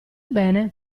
bene